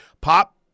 pop